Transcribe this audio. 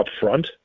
upfront